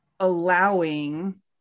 allowing